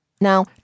Now